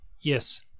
Yes